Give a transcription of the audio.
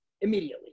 immediately